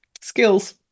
skills